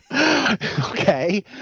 Okay